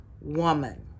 woman